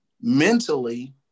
mentally